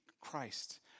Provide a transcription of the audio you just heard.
Christ